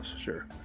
Sure